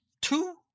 two